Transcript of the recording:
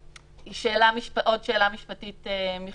עוד שאלה משפטית מחשובית: